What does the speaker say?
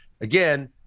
again